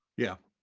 yeah,